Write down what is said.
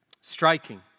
striking